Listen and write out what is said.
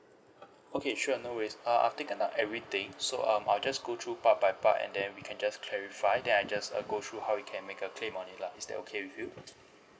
okay sure no worries uh I've taken down everything so um I'll just go through part by part and then we can just clarify then I just uh go through how you can make a claim on it lah is that okay with you